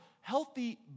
healthy